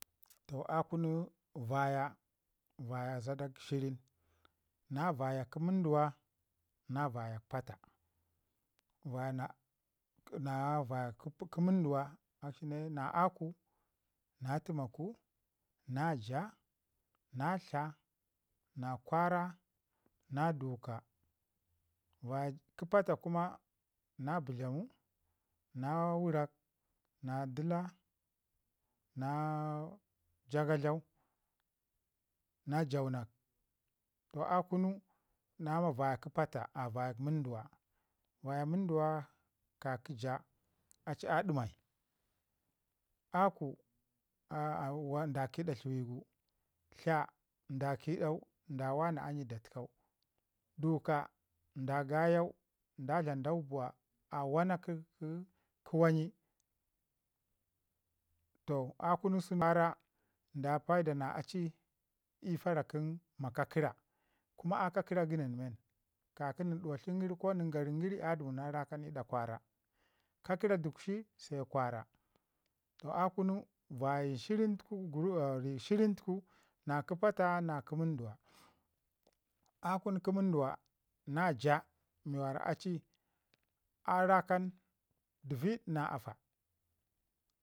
Toh a kunu vaya, vaya zadau shirin na vya kə munduwa na vaya pata. Va na na vaya kə munduwa akshi ne na aku na təmaku na jaa na tla na kwaara na duuka. Vaya kə pata kuma na bətlamu na dəla na jakatlau na jaunak. Toh a kunu na vaya pata vaya munduwa, vaya munduwa ka kə jaa a ci a dəmai, aku da kiɗa tləwi gu, tla da kiɗau da wanya anyi da təkau, duka da yayau da dlam dau buwa wa wana "kə kə" wani. Toh a kunu sau kwaara da paida na a ci ii fara kə ma kakəra kuma a kakəra kə nən men. Ka ki nin duwatlin gəri ko gara gəri a dəmuna rakan ii ɗa kwaara, kakəra dukshi se kwaara. Toh a kunu vayayin shirin tuku nən shirin tuku na kə pata na kə munduwa. A kun kə munduwa na jaa mi wara aci a rakan dəvid na afa.